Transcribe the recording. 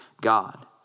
God